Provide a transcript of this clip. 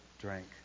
drank